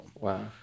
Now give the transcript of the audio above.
Wow